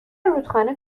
رودخانه